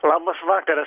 labas vakaras